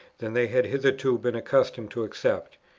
than they had hitherto been accustomed to accept.